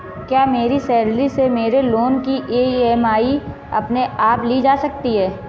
क्या मेरी सैलरी से मेरे लोंन की ई.एम.आई अपने आप ली जा सकती है?